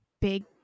big